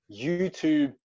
YouTube